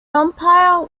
umpire